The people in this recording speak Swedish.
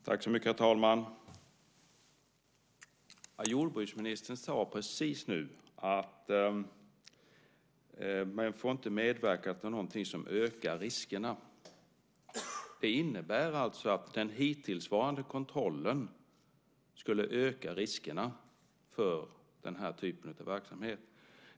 Herr talman! Jordbruksministern sade precis nu att man inte får medverka till någonting som ökar riskerna. Det innebär att den hittillsvarande kontrollen skulle öka riskerna för den här typen av verksamhet.